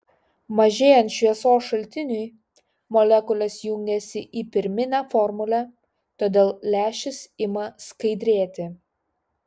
mažėjant šviesos šaltiniui molekulės jungiasi į pirminę formulę todėl lęšis ima skaidrėti